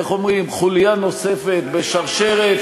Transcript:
איך אומרים, חוליה נוספת בשרשרת